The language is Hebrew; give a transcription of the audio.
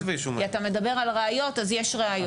אתה מדבר על ראיות, אז יש ראיות.